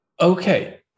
Okay